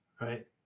Right